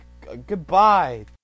Goodbye